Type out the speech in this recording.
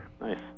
Nice